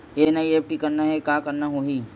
NEFT करना हे का करना होही?